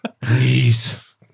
Please